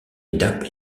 étape